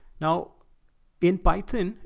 now in payton,